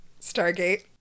Stargate